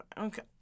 okay